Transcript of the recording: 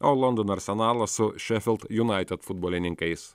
o londono arsenalas su šefiel united futbolininkais